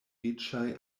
riĉaj